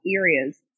areas